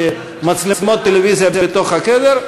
ומצלמות טלוויזיה בתוך החדר,